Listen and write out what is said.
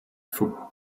for